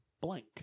blank